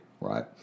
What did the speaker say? right